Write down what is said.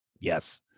Yes